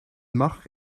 mag